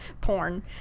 porn